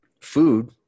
food